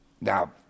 Now